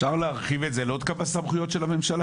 אפשר להרחיב את זה לעוד כמה סמכויות של הממשלה?...